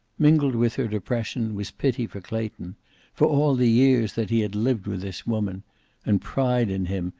mingled with her depression was pity for clayton for all the years that he had lived with this woman and pride in him,